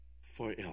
forever